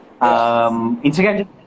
Instagram